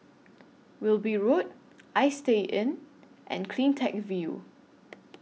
Wilby Road Istay Inn and CleanTech View